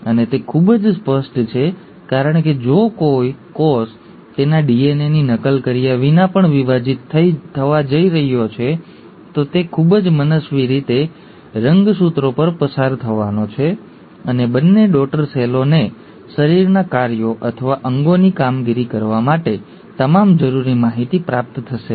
અને તે ખૂબ જ સ્પષ્ટ છે કારણ કે જો કોઈ કોષ તેના ડીએનએની નકલ કર્યા વિના પણ વિભાજિત થવા જઈ રહ્યો છે તો તે ખૂબ જ મનસ્વી રીતે રંગસૂત્રો પર પસાર થવાનો છે અને બંને ડૉટર સેલોને શરીરના કાર્યો અથવા અંગોની કામગીરી કરવા માટે તમામ જરૂરી માહિતી પ્રાપ્ત થશે નહીં